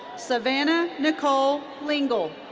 savannah nicole lingle.